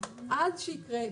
עד שיקרה,